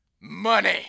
Money